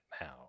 now